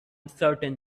certain